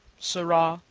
sirrah,